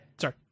Sorry